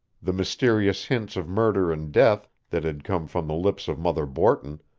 the mysterious hints of murder and death that had come from the lips of mother borton,